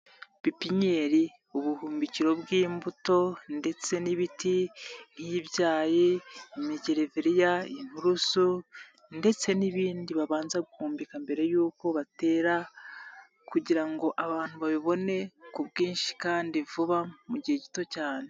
Pipinyeri ubuhumbikiro bw'imbuto ndetse n'ibiti: by'ibyayi, imigereveriya, inturusi ndetse n'ibindi babanza guhumbika, mbere y'uko batera kugira ngo abantu babibone ku bwinshi kandi vuba mu gihe gito cyane.